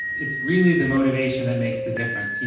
it's really the motivation that makes the difference.